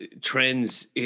trends